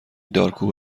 دارکوب